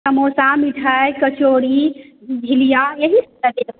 समोसा मिठाइ कचौड़ी झिलिया इएह सभ ने